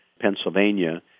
Pennsylvania